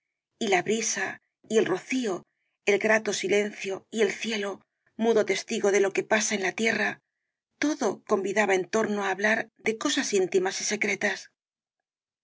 y la brisa el rocío el grato silencio y el cielo mudo testigo de lo que pasa en la tierra todo convidaba en torno á hablar de cosas íntimas y secretas